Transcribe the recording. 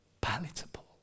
palatable